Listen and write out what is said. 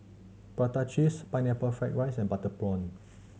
prata cheese Pineapple Fried rice and butter prawn